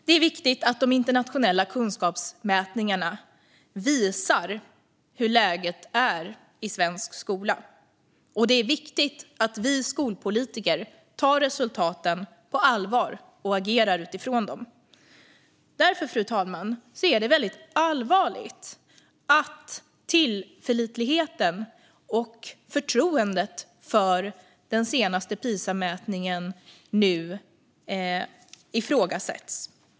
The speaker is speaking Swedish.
Det är viktigt att de internationella kunskapsmätningarna visar hur läget är i svensk skola. Det är viktigt att vi skolpolitiker tar resultaten på allvar och agerar utifrån dem. Därför är det väldigt allvarligt att tillförlitligheten i och förtroendet för den senaste Pisamätningen nu ifrågasätts, fru talman.